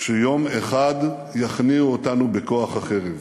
שיום אחד יכניעו אותנו בכוח החרב.